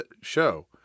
show